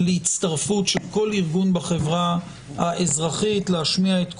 להצטרפות של כל ארגון בחברה האזרחית להשמיע את קולו,